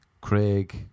Craig